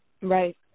Right